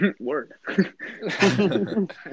Word